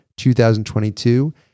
2022